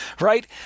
Right